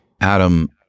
adam